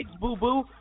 boo-boo